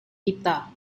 kita